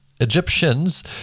Egyptians